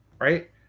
right